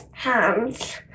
hands